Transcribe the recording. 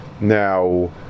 Now